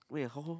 wait how long